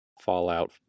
fallout